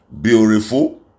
Beautiful